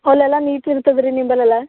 ಅಲ್ಲೆಲ್ಲ ನೀಟ್ ಇರ್ತದ ರೀ ನಿಂಬಲ್ ಎಲ್ಲ